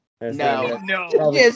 no